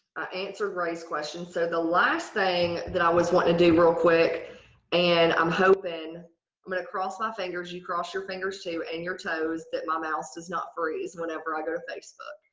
answered right questions. so the last thing that i always want to do real quick and i'm hoping i'm gonna cross my fingers you cross your fingers, too, and your toes that my mouse does not freeze whenever i go to facebook.